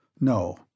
No